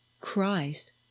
Christ